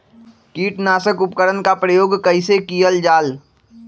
किटनाशक उपकरन का प्रयोग कइसे कियल जाल?